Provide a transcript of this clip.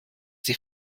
die